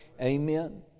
Amen